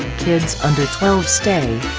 kids under twelve stay,